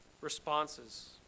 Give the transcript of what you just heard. responses